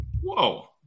Whoa